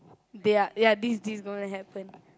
they are ya this this going to happen